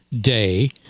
Day